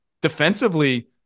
defensively